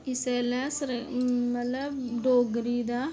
इस गल्ला अस मतलब डोगरी दा